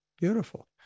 Beautiful